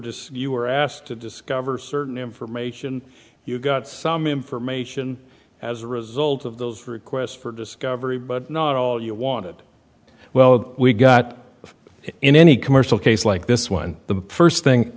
just you were asked to discover certain information you got some information as a result of those requests for discovery but not all you wanted well we got it in any commercial case like this one the first thing